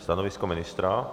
Stanovisko ministra?